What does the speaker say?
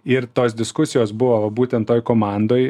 ir tos diskusijos buvo va būtent toj komandoj